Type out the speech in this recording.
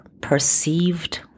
perceived